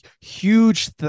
huge